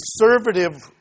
conservative